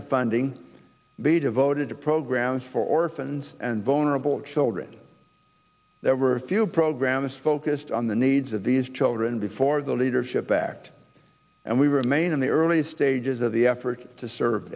of funding be devoted to programs for orphans and vulnerable children there were a few programs focused on the needs of these children before the leadership act and we remain in the early stages of the effort to serve